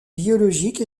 biologiques